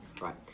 Right